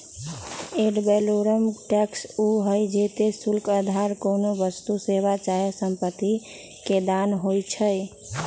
ad valorem tax उ हइ जेते शुल्क अधार कोनो वस्तु, सेवा चाहे सम्पति के दाम होइ छइ